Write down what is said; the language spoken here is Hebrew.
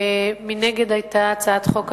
ומנגד היתה הצעת חוק הנוער,